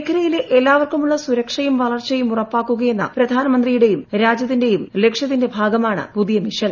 മേഖലയിലെ എല്ലാവർക്കുമുള്ള സുരക്ഷയും വളർച്ചയും ഉറപ്പാക്കുകയെന്ന പ്രധാനമന്ത്രിയുടെയും രാജ്യത്തിന്റെയും ലക്ഷ്യത്തിന്റെ ഭാഗമാണ് പുതിയ മിഷൻ